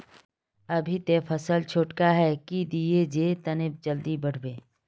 अभी ते फसल छोटका है की दिये जे तने जल्दी बढ़ते?